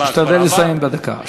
תשתדל לסיים בדקה.